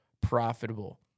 profitable